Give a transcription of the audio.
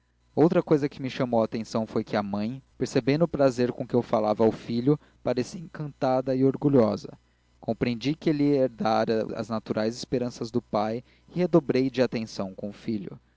outra cousa que me chamou a atenção foi que a mãe percebendo o prazer com que eu falava ao filho parecia encantada e orgulhosa compreendi que ela herdara as naturais esperanças do pai e rodobrei de atenção com o filho